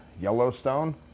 Yellowstone